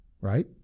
right